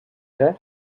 her